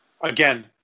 again